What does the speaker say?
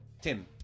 Tim